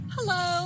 Hello